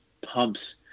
pumps